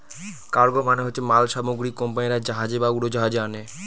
cargo মানে হচ্ছে মাল সামগ্রী কোম্পানিরা জাহাজে বা উড়োজাহাজে আনে